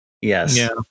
Yes